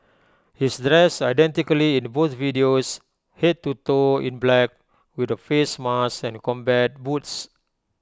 he's dressed identically in both videos Head to toe in black with A face mask and combat boots